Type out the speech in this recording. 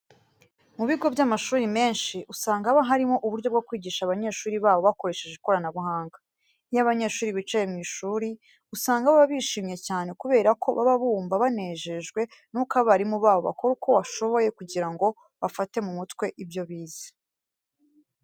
Mu bigo by'amashuri menshi, usanga haba harimo uburyo bwo kwigisha abanyeshuri babo bakoresheje ikoranabuhanga. Iyo abanyeshuri bicaye mu ishuri, usanga baba bishimye cyane kubera ko baba bumva banejejwe nuko abarimu babo bakora uko bashoboye kugira ngo bafate mu mutwe ibyo bize.